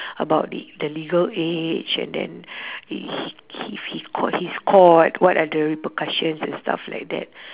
about the the legal age and then he he if he caught he's caught what are the repercussions and stuff like that